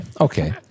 Okay